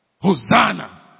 Hosanna